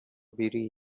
بری